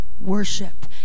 worship